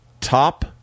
top